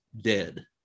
dead